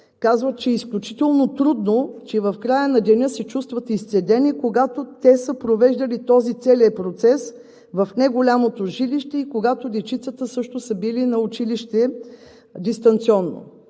казват, че е изключително трудно, в края на деня се чувстват изцедени, когато те са провеждали този целия процес в неголямото жилище и когато дечицата също са били на училище дистанционно.